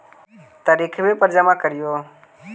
तरिखवे पर जमा करहिओ?